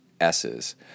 S's